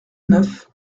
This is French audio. neuf